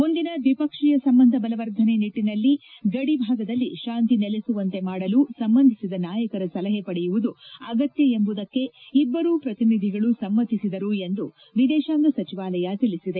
ಮುಂದಿನ ದ್ವಿಪಕ್ಷೀಯ ಸಂಬಂಧ ಬಲವರ್ಧನೆ ನಿಟ್ಟಿನಲ್ಲಿ ಗಡಿ ಭಾಗದಲ್ಲಿ ಶಾಂತಿ ನೆಲಸುವಂತೆ ಮಾಡಲು ಸಂಬಂಧಿಸಿದ ನಾಯಕರ ಸಲಹೆ ಪಡೆಯುವುದು ಅಗತ್ಯ ಎಂಬುದಕ್ಕೆ ಇಬ್ಬರೂ ಪ್ರತಿನಿಧಿಗಳು ಸಮ್ಮತಿಸಿದರೆಂದು ವಿದೇಶಾಂಗ ಸಚಿವಾಲಯ ತಿಳಿಸಿದೆ